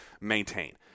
maintain